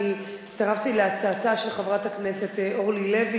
אני הצטרפתי להצעתה של חברת הכנסת אורלי לוי,